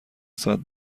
ساعت